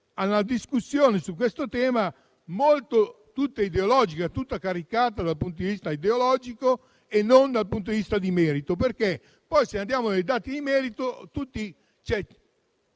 a una discussione su questo tema tutta ideologica, tutta caricata dal punto di vista ideologico e non analizzata nel merito, perché, se andiamo a vedere i dati di merito,